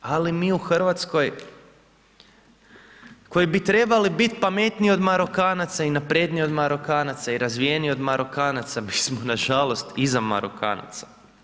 Ali mi u Hrvatskoj koji bi trebali biti pametniji od Marokanaca i napredniji od Marokanaca i razvijeniji od Marokanaca mi smo nažalost iza Marokanaca.